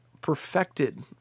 perfected